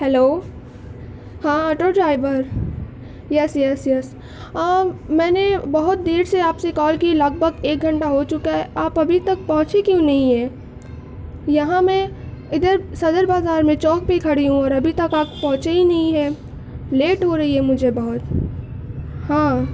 hello ہاں auto driver yes yes yes میں نے بہت دیر سے آپ سے کال کی لگ بھگ ایک گھنٹہ ہو چکا ہے آپ ابھی تک پہنچے کیوں نہیں ہے یہاں میں ادھر صدر بازار میں چوک پہ ہی کھڑی ہوں اور ابھی تک آپ پہنچے ہی نہیں ہیں لیٹ ہو رہی ہے مجھے بہت ہاں